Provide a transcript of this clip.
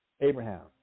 Abraham